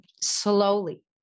slowly